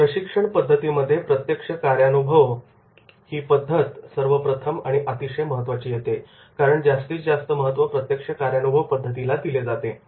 प्रशिक्षण पद्धतींमध्ये प्रत्यक्ष कार्यानुभव ही पद्धत सर्वप्रथम व अतिशय महत्त्वाची येते कारण जास्तीत जास्त महत्त्व प्रत्यक्ष कार्यानुभव पद्धतीला दिले जाते